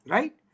Right